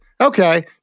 Okay